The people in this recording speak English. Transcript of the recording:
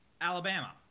Alabama